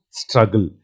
struggle